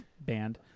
band